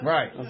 Right